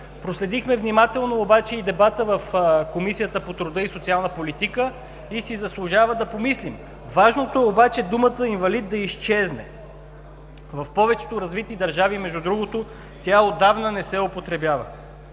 Проследихме внимателно обаче и дебата в Комисията по труда и социална политика и си заслужава да помислим. Важно е обаче думата „инвалид“ да изчезне. В повечето развити държави, между другото, тя отдавна не се употребява.